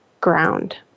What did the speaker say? ground